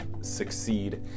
succeed